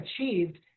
achieved